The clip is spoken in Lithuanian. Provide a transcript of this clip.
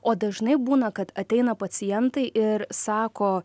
o dažnai būna kad ateina pacientai ir sako